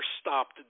stopped